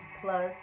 plus